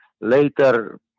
later